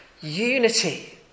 unity